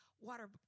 water